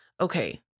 Okay